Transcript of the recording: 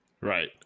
right